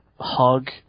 hug